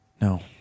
No